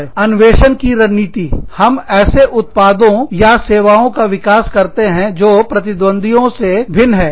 नवीनता अन्वेषण की रणनीति हम ऐसे उत्पादों या सेवाओं का विकास करते हैं जो प्रतिद्वंद्वियों से भिन्न है